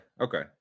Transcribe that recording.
okay